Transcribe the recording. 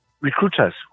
recruiters